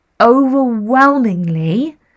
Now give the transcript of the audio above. Overwhelmingly